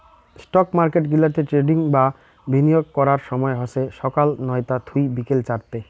stock market গিলাতে trading বা বিনিয়োগ করার সময় হসে সকাল নয়তা থুই বিকেল চারতে